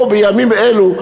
בואו בימים אלה,